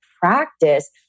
practice